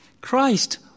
Christ